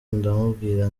ndamubwira